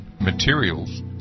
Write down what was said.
materials